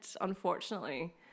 unfortunately